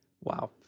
Wow